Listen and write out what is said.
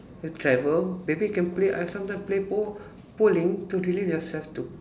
the travel maybe can play uh sometime play bowl bowling to relive yourself to